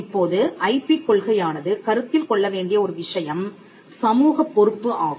இப்போது ஐபி கொள்கையானது கருத்தில் கொள்ள வேண்டிய ஒரு விஷயம் சமூகப் பொறுப்பு ஆகும்